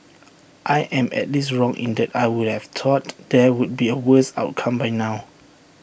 I am at least wrong in that I would have thought there would be A worse outcome by now